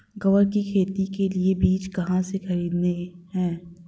ग्वार की खेती के लिए बीज कहाँ से खरीदने हैं?